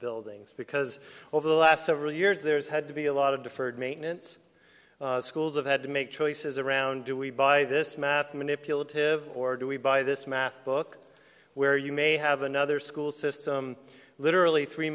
buildings because over the last several years there has had to be a lot of deferred maintenance schools have had to make choices around do we buy this math manipulative or do we buy this math book where you may have another school system literally three